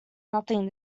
nothing